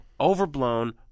overblown